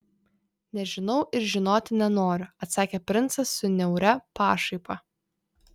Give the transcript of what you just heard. nežinau ir žinoti nenoriu atsakė princas su niauria pašaipa